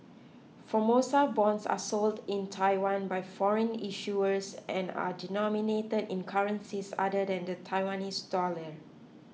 Formosa bonds are sold in Taiwan by foreign issuers and are denominated in currencies other than the Taiwanese dollar